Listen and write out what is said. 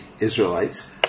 Israelites